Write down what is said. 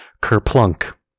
Kerplunk